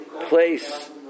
place